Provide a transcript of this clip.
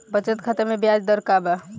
बचत खाता मे ब्याज दर का बा?